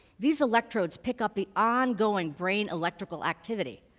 these electrodes pick up the ongoing brain electrical activity.